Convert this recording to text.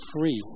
free